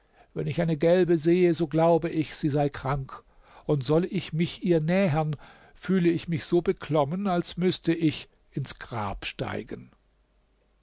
wenn ich eine gelbe sehe so glaube ich sie sei krank und soll ich mich ihr nähern fühle ich mich so beklommen als müßte ich ins grab steigen